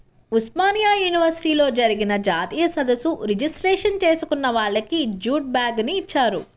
ఉస్మానియా యూనివర్సిటీలో జరిగిన జాతీయ సదస్సు రిజిస్ట్రేషన్ చేసుకున్న వాళ్లకి జూటు బ్యాగుని ఇచ్చారు